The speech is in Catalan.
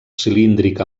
cilíndric